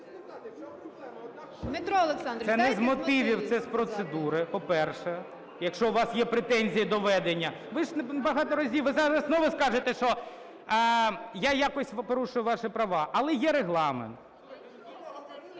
Це не з мотивів, це з процедури, по-перше, якщо у вас є претензії до ведення. Ви ж багато разів, ви зараз знову скажете, що я якось порушую ваші права. Але є Регламент.